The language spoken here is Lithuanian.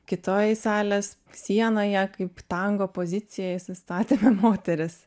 kitoj salės sienoje kaip tango pozicijoje sustatėme moteris